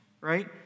right